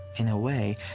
in a way,